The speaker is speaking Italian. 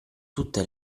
tutte